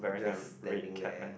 just standing there